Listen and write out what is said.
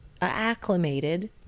acclimated